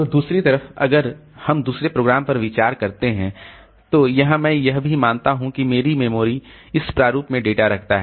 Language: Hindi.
तो दूसरी तरफ अगर हम दूसरे प्रोग्राम पर विचार करते हैं तो यहाँ मैं यह भी मानता हूँ कि मेरी मेमोरी इस प्रारूप में डेटा रखता है